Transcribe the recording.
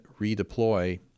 redeploy